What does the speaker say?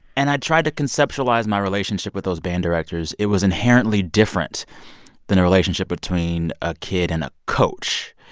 and i tried to conceptualize my relationship with those band directors. it was inherently different than a relationship between a kid and a coach.